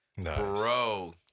bro